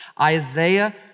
Isaiah